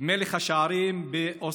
מלך השערים באוסטריה,